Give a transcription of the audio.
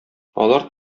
алар